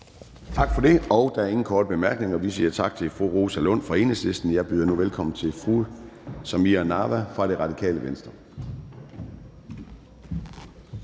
Tak for det. Der er ingen korte bemærkninger. Vi siger tak til fru Rosa Lund fra Enhedslisten. Jeg byder nu velkommen til fru Samira Nawa fra Radikale Venstre.